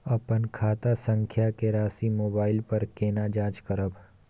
अपन खाता संख्या के राशि मोबाइल पर केना जाँच करब?